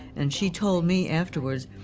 and she told me afterwards,